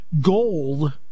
gold